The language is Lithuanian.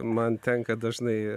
man tenka dažnai